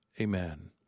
Amen